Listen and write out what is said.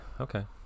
Okay